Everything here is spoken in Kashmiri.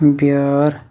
بیٲر